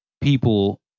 people